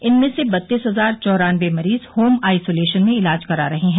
इनमें से बतीस हजार चौरान्नबे मरीज होम आइसोलेशन में इलाज करा रहे हैं